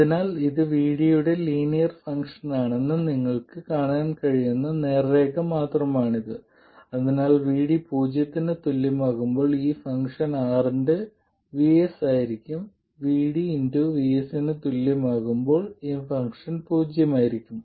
അതിനാൽ ഇത് VD യുടെ ലീനിയർ ഫംഗ്ഷനാണെന്ന് നിങ്ങൾക്ക് കാണാൻ കഴിയുന്ന നേർരേഖ മാത്രമാണിത് അതിനാൽ VD പൂജ്യത്തിന് തുല്യമാകുമ്പോൾ ഈ ഫംഗ്ഷൻ R ന്റെ VS ആയിരിക്കും VD VS ന് തുല്യമാകുമ്പോൾ ഈ ഫംഗ്ഷൻ പൂജ്യമായിരിക്കും